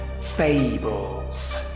fables